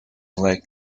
like